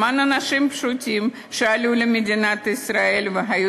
למען אנשים פשוטים שעלו למדינת ישראל והיו